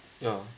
ya